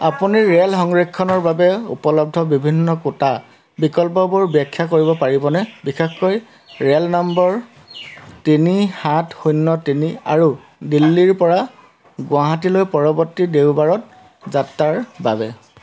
আপুনি ৰে'ল সংৰক্ষণৰ বাবে উপলব্ধ বিভিন্ন কোটা বিকল্পবোৰ ব্যাখ্যা কৰিব পাৰিবনে বিশেষকৈ ৰে'ল নম্বৰ তিনি সাত শূন্য তিনি আৰু দিল্লীৰ পৰা গুৱাহাটীলৈ পৰৱৰ্তী দেওবাৰত যাত্ৰাৰ বাবে